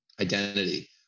identity